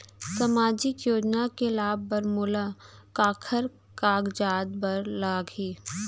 सामाजिक योजना के लाभ बर मोला काखर कागजात बर लागही?